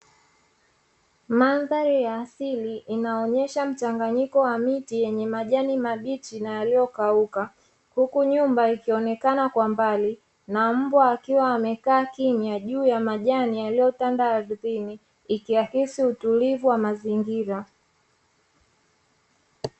Mandhari ya asili inayoonesha mchanganyiko wa miti yenye majani mabichi na yaliyo kauka, huku nyumba ikionekana kwa mbali na mbwa akiwa amekaa kimya juu ya majani yaliyotanda ardhini, ikiakisi utulivu wa mazingira.